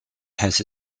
has